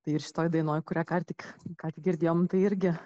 tai ir šitoj dainoj kurią kar tik ką tik girdėjom tai irgi